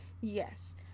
Yes